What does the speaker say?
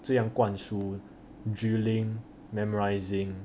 这样灌输 drilling memorising